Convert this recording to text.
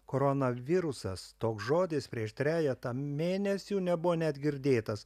koronavirusas toks žodis prieš trejetą mėnesių nebuvo net girdėtas